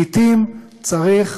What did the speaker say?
לעתים צריך